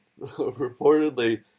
reportedly